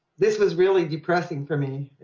this was really depressing for me.